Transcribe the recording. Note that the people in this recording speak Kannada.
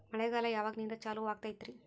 ಮಳೆಗಾಲ ಯಾವಾಗಿನಿಂದ ಚಾಲುವಾಗತೈತರಿ?